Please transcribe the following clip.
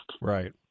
Right